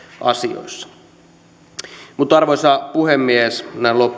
asioissa arvoisa puhemies näin loppuun